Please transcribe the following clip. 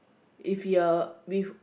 if you're with